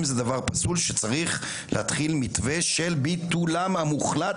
זה דבר פסול וצריך להתחיל מתווה לביטולם המוחלט,